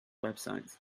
website